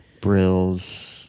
Brills